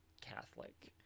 Catholic